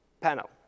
panel